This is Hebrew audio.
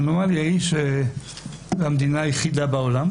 האנומליה היא שזאת המדינה היחידה בעולם,